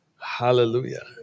Hallelujah